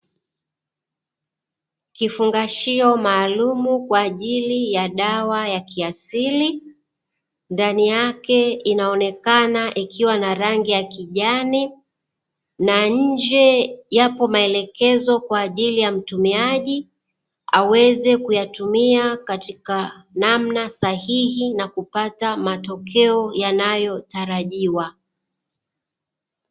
Kifungashio maalumu kwa ajili ya dawa ya kiasili ndani yake, inaonekana ikiwa na rangi ya kijani na nje yapo maelekezo kwa ajili ya mtumiaji aweze kuyatumia katika namna sahihi na kupata matokeo yanayotarajiwa.